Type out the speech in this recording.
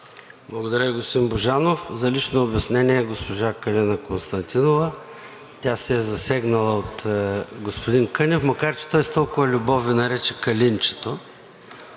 Благодаря Ви, господин Божанов. За лично обяснение – госпожа Калина Константинова. Тя се е засегнала от господин Кънев, макар че той с толкова любов Ви наречете Калинчето,